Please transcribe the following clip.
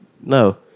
No